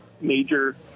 major